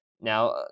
Now